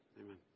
amen